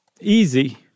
Easy